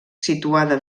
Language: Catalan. situada